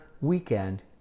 weekend